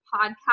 podcast